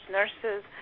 nurses